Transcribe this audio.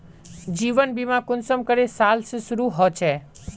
जीवन बीमा कुंसम करे साल से शुरू होचए?